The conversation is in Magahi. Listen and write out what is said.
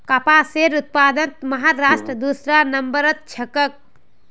कपासेर उत्पादनत महाराष्ट्र दूसरा नंबरत छेक